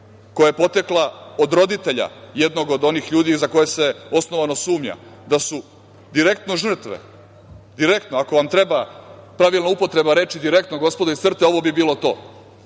koja je potekla od roditelja jednog od onih ljudi za koje se osnovano sumnja da su direktno žrtve, direktno, ako vam treba pravilna upotreba reči „direktno“ gospodo iz CRTE, ovo bi bilo to,